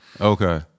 okay